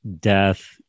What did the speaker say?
death